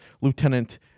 Lieutenant